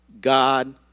God